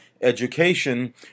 education